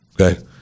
Okay